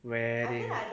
wedding